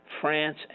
France